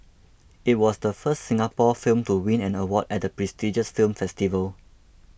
it was the first Singapore film to win an award at the prestigious film festival